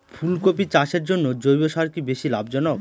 ফুলকপি চাষের জন্য জৈব সার কি বেশী লাভজনক?